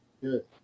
good